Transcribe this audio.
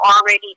already